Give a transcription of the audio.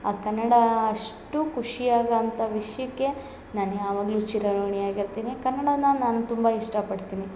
ಆ ಕನ್ನಡ ಅಷ್ಟು ಖುಷಿ ಆಗೊವಂಥ ವಿಷಯಕ್ಕೆ ನಾನು ಯಾವಾಗಲು ಚಿರಋಣಿ ಆಗಿರ್ತೀನಿ ಕನ್ನಡನ ನಾನು ತುಂಬ ಇಷ್ಟ ಪಡ್ತೀನಿ